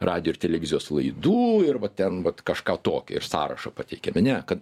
radijo ir televizijos laidų ir va ten vat kažką tokio ir sąrašą pateikiame ne kad